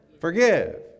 Forgive